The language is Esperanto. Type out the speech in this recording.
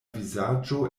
vizaĝo